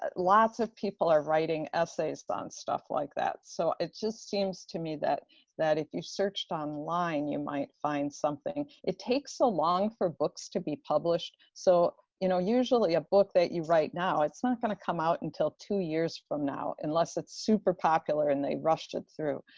ah lots of people are writing essays on stuff like that. so it just seems to me that that if you searched online, you might find something. it takes so long for books to be published. so you know, usually a book that you write now, it's not going to come out until two years from now unless it's super popular and they rushed it through,